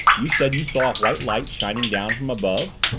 you said you saw a white light shining down from above?